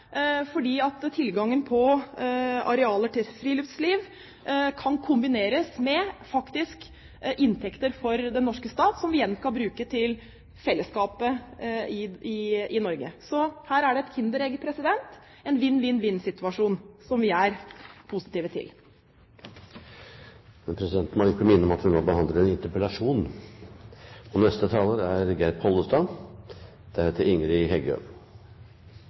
fordi tilgangen på arealer til friluftsliv faktisk kan kombineres med inntekter for den norske stat, som vi igjen kan bruke på fellesskapet i Norge. Så her er det et Kinderegg, en vinn-vinn-vinn-situasjon, som vi er positive til. Presidenten må likevel minne om at vi nå behandler en interpellasjon.